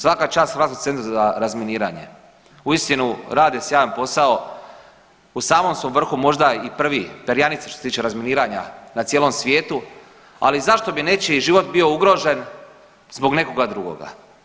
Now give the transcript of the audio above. Svaka čast Hrvatskom centru za razminiranje, uistinu rade sjajan posao, u samom su vrhu, možda i prvi, perjanica, što se tiče razminiranja na cijelom svijetu, ali zašto bi nečiji život bio ugrožen zbog nekoga drugoga?